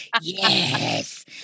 yes